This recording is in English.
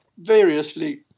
variously